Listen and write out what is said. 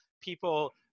people